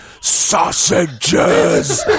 SAUSAGES